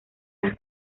las